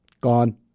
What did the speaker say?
gone